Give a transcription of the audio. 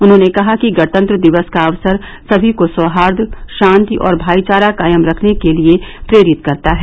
उन्होंने कहा कि गणतंत्र दिवस का अवसर सभी को सौहाई शान्ति और भाईचारा कायम रखने के लिये प्रेरित करता है